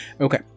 Okay